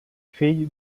fill